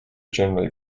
generally